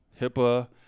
HIPAA